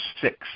six